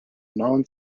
non